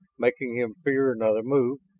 making him fear another move,